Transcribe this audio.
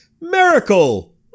Miracle